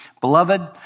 Beloved